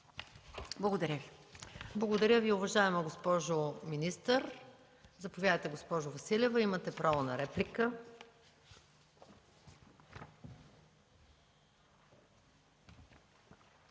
МАЯ МАНОЛОВА: Благодаря Ви, уважаема госпожо министър. Заповядайте, госпожо Василева. Имате право на реплика.